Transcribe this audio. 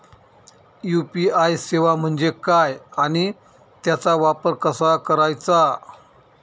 UPI सेवा म्हणजे काय आणि त्याचा वापर कसा करायचा?